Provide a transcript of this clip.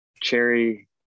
cherry